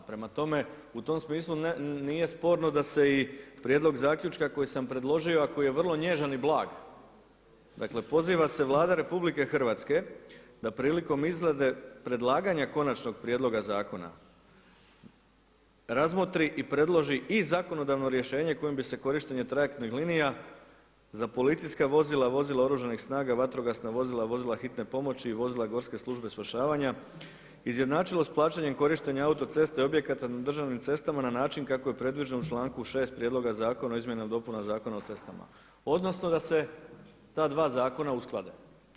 Prema tome u tom smislu nije sporno da se i prijedlog zaključka kojeg sam predložio, a koji je vrlo nježan i blag, dakle poziva se Vlada RH da prilikom izrade predlaganja konačnog prijedloga zakona, razmotri i predloži i zakonodavno rješenje kojim bi se korištenje trajektnih linija za policijska vozila, vozila oružanih snaga, vatrogasna vozila, vozila hitne pomoći i vozila GSS-a izjednačilo s plaćanjem korištenja autocesta i objekata na državnim cestama na način kako je predviđeno u članku 6. Prijedloga zakona o izmjenama i dopunama Zakona o cestama, odnosno da se ta dva zakona usklade.